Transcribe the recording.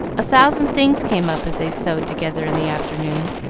a thousand things came up as they sewed together in the afternoon,